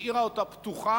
השאירה אותה פתוחה,